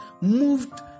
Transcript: moved